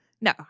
No